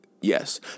yes